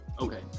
Okay